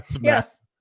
Yes